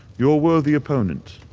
you're a worthy opponent.